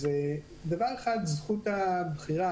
דבר אחד זכות הבחירה,